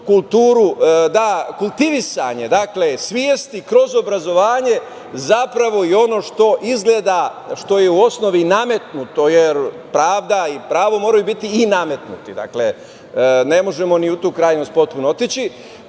kultivisanje svesti kroz obrazovanje zapravo je ono što je u osnovi nametnuto, jer pravda i pravo moraju biti i nametnuti. Ne možemo ni u tu krajnost potpuno otići.